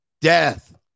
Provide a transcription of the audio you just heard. death